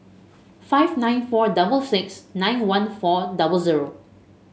five nine four double six nine one four double zero